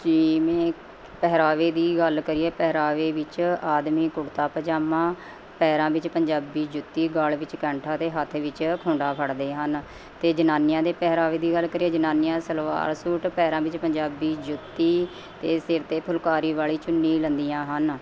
ਜਿਵੇਂ ਪਹਿਰਾਵੇ ਦੀ ਗੱਲ ਕਰੀਏ ਪਹਿਰਾਵੇ ਵਿੱਚ ਆਦਮੀ ਕੁੜਤਾ ਪਜਾਮਾ ਪੈਰਾਂ ਵਿੱਚ ਪੰਜਾਬੀ ਜੁੱਤੀ ਗਲ਼ ਵਿੱਚ ਕੈਂਠਾ ਅਤੇ ਹੱਥ ਵਿੱਚ ਖੁੰਡਾ ਫੜ੍ਹਦੇ ਹਨ ਅਤੇ ਜਨਾਨੀਆਂ ਦੇ ਪਹਿਰਾਵੇ ਦੀ ਗੱਲ ਕਰੀਏ ਜਨਾਨੀਆਂ ਸਲਵਾਰ ਸੂਟ ਪੈਰਾਂ ਵਿੱਚ ਪੰਜਾਬੀ ਜੁੱਤੀ ਅਤੇ ਸਿਰ 'ਤੇ ਫੁਲਕਾਰੀ ਵਾਲ਼ੀ ਚੁੰਨੀ ਲੈਂਦੀਆਂ ਹਨ